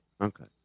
okay